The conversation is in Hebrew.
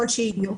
שיהיו.